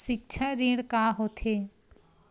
सिक्छा ऋण का होथे?